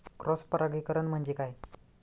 Cross परागीकरण म्हणजे काय?